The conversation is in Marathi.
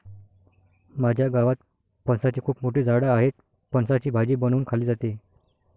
माझ्या गावात फणसाची खूप मोठी झाडं आहेत, फणसाची भाजी बनवून खाल्ली जाते